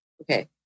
okay